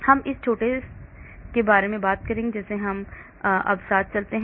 हम इस छोटे से बारे में बात करेंगे जैसे हम अब साथ चलते हैं